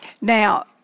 Now